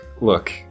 Look